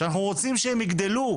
שאנחנו רוצים שהן יגדלו,